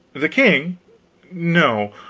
the king no,